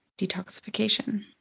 detoxification